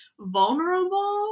vulnerable